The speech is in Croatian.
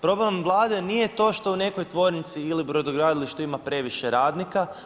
Problem Vlade nije to što u nekoj tvornici ili brodogradilištu ima previše radnika.